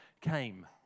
came